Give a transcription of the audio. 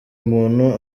muntu